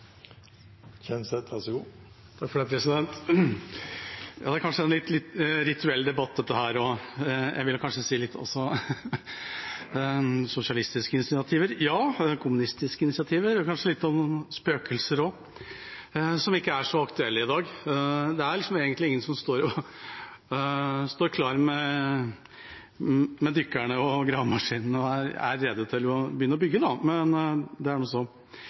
kanskje en litt rituell debatt, dette, og ja, kanskje også med litt sosialistiske og kommunistiske initiativer. Kanskje handler det også litt om spøkelser, som ikke er så aktuelle i dag, for det er jo ingen som står klare med dykkerne og gravemaskinene og er rede til å begynne å bygge. Men det er nå så.